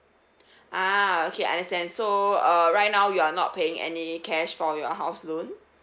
ah okay understand so uh right now you are not paying any cash for your house loan